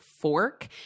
FORK